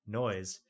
noise